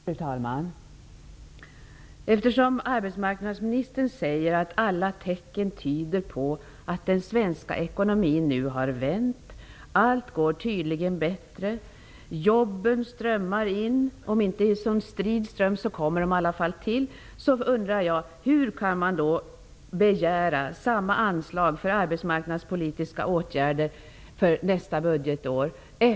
Fru talman! Arbetsmarknadsministern säger att alla tecken tyder på att den svenska ekonomin nu har vänt. Allt går tydligen bättre. Jobben strömmar in, även om det kanske inte är fråga om någon strid ström. Hur kan man då begära samma anslag för arbetsmarknadspolitiska åtgärder för nästa budgetår?